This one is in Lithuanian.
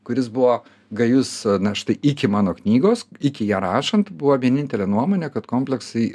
kuris buvo gajus na štai iki mano knygos iki ją rašant buvo vienintelė nuomonė kad kompleksai